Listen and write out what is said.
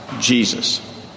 Jesus